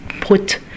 put